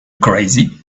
crazy